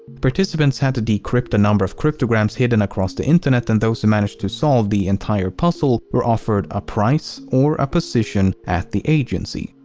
participants had to decrypt a number of cryptograms hidden across the internet and those who managed to solve the entire puzzle were offered a prize or a position at the agency.